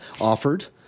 offered